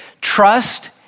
trust